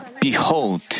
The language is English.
Behold